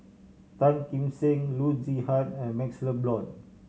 Tan Kim Seng Loo Zihan and MaxLe Blond